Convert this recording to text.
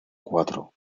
cuatro